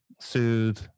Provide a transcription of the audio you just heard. soothe